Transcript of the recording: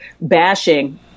bashing